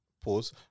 Pause